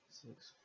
six